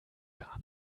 gar